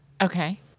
Okay